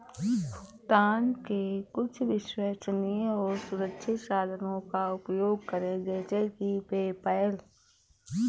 भुगतान के कुछ विश्वसनीय और सुरक्षित साधनों का उपयोग करें जैसे कि पेपैल